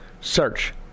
Search